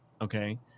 okay